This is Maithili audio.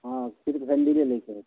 हँ सिर्फ हैंडिले लैके हय